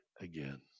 again